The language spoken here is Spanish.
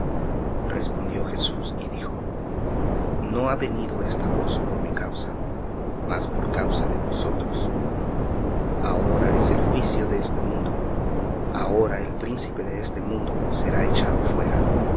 respondió jesús y dijo no ha venido esta voz por mi causa mas por causa de vosotros ahora es el juicio de este mundo ahora el príncipe de este mundo será echado fuera